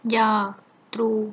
ya true